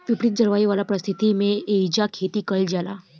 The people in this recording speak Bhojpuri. विपरित जलवायु वाला परिस्थिति में एइजा खेती कईल जाला